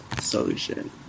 solution